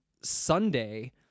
Sunday